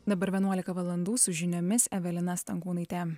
dabar vienuolika valandų su žiniomis evelina stankūnaitė